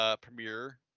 premiere